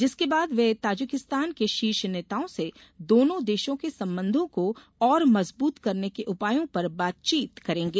जिसके बाद वे ताजिकिस्तान के शीर्ष नेताओं से दोनों देशों के संबंधों को और मजबूत करने के उपायों पर बातचीत करेंगे